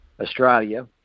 Australia